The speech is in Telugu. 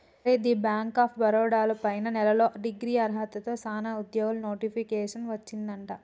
అరే ది బ్యాంక్ ఆఫ్ బరోడా లో పైన నెలలో డిగ్రీ అర్హతతో సానా ఉద్యోగాలు నోటిఫికేషన్ వచ్చిందట